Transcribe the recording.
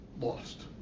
lost